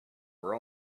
were